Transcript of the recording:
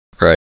Right